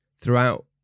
throughout